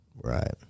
Right